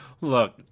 Look